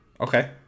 Okay